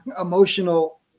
emotional